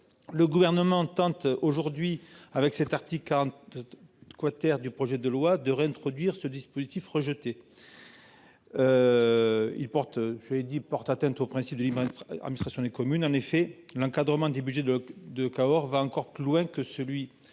Le gouvernement tente aujourd'hui avec cet article 42. Quater du projet de loi de réintroduire ce dispositif rejeté. Il porte je l'ai dit porte atteinte au principe de Lyman administration des communes en effet l'encadrement des Budgets de de Cahors va encore plus loin que celui